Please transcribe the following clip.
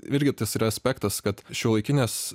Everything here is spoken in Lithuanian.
irgi tas yra aspektas kad šiuolaikinės